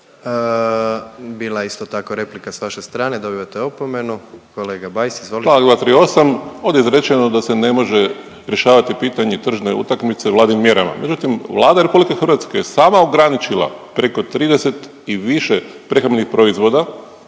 Bila je isto tako replika s vaše strane, dobivate opomenu. Kolega Bajs, izvolite.